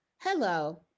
Hello